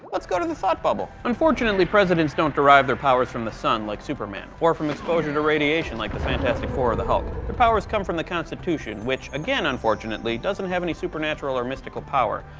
go to the thought bubble. unfortunately, presidents don't derive their powers from the sun, like superman. or from exposure to radiation like the fantastic four or the hulk. the powers come from the constitution, which again, unfortunately doesn't have any super natural or mystical power,